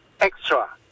extra